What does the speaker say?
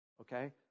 Okay